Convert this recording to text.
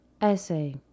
Essay